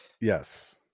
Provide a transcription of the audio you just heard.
yes